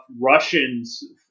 russians